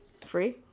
Free